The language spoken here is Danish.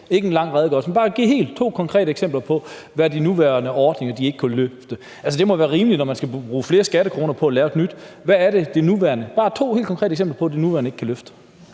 ikke en lang redegørelse, men bare give to helt konkrete eksempler på, hvad de nuværende ordninger ikke kunne løfte? Altså, det må være rimeligt, når man skal bruge flere skattekroner på at lave en ny ordning. Kan vi få bare to helt konkrete eksempler på, hvad den nuværende ikke kan løfte?